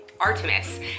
Artemis